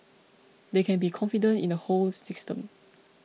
they can be confident in the whole system